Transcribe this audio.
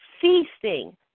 feasting